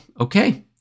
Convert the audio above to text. okay